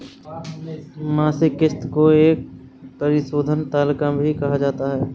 मासिक किस्त को एक परिशोधन तालिका भी कहा जाता है